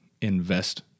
Invest